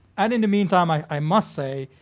and in the meantime i i must say,